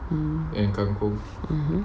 mm mmhmm